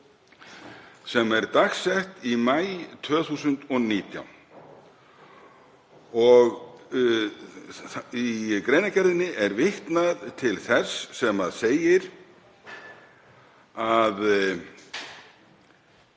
sem er dagsett í maí 2019. Í greinargerðinni er vitnað til þess sem þar segir, að